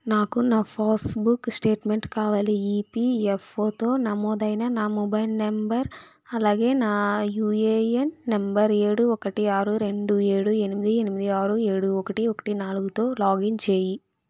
నాకు నా passbook statement కావాలి ఈపీఎఫ్ఓతో నమోదైన నా మొబైల్ నంబర్ అలాగే నా యుఏఎన్ నంబరు ఏడు ఒకటి ఆరు రెండు ఏడు ఎనిమిది ఎనిమిది ఆరు ఏడు ఒకటి ఒకటి నాలుగుతో లాగిన్ చేయి